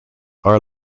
our